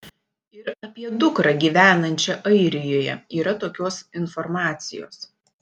ir apie dukrą gyvenančią airijoje yra tokios informacijos